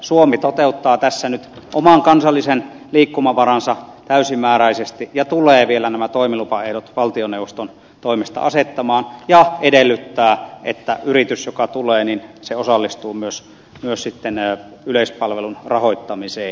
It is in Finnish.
suomi toteuttaa tässä nyt oman kansallisen liikkumavaransa täysimääräisesti ja tulee vielä nämä toimilupaehdot valtioneuvoston toimesta asettamaan ja edellyttää että yritys joka tulee osallistuu myös yleispalvelun rahoittamiseen